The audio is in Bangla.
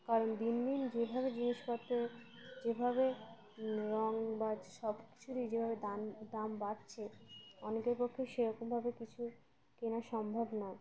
কারণ দিন দিন যেভাবে জিনিসপত্র যেভাবে রঙ বা সব কিছুরই যেভাবে দান দাম বাড়ছে অনেকের পক্ষে সেরকমভাবে কিছু কেনা সম্ভব নয়